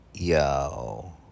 Yo